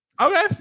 Okay